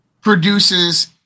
produces